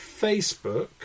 Facebook